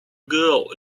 girl